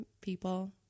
people